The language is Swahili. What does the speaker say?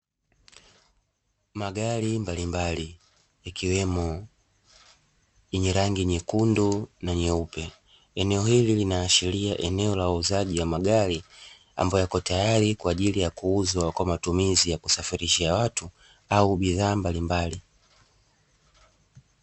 Magari mbalimbali yakiwemo yenye rangi nyekundu na nyeupe eneo hili linaashiria ni eneo la uuzaji wa magari